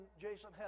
Jason